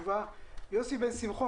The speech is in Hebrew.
יוסי בן שמחון,